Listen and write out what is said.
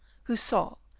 who saw,